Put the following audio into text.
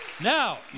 Now